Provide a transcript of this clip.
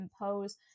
impose